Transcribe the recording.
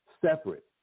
separate